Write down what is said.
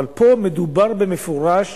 אבל פה מדובר במפורש